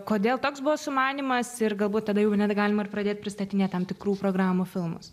kodėl toks buvo sumanymas ir galbūt tada jau net galima ir pradėt pristatinėt tam tikrų programų filmus